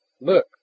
Look